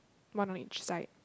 one on each side